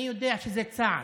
אני יודע שזה צעד,